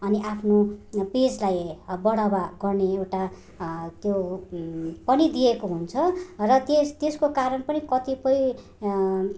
अनि आफ्नो पेजलाई बढावा गर्ने एउटा त्यो पनि दिएको हुन्छ र त्यस त्यसको कारण पनि कतिपय